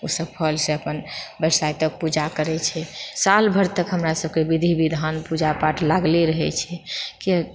ओसभ फलसँ अपन बरसाइतक पूजा करैत छै सालि भर तक हमरा सभके पूजा पाठ विधि विधान लागले रहैत छै किआ